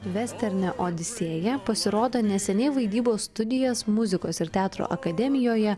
vesterne odisėja pasirodo neseniai vaidybos studijas muzikos ir teatro akademijoje